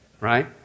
Right